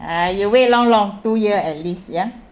ah you wait long long two year at least ya